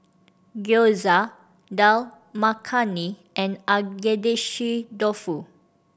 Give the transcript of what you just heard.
Gyoza Dal Makhani and Agedashi Dofu